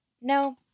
No